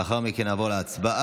לאחר מכן נעבור להצבעה.